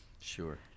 Sure